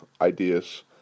ideas